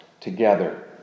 together